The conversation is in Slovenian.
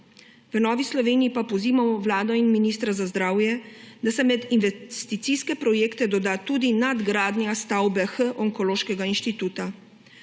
V Novi Sloveniji pa pozivamo Vlado in ministra za zdravje, da se med investicijske projekte doda tudi nadgradnja stavbe H Onkološkega inštituta.